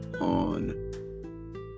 on